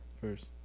first